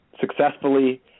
successfully